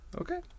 okay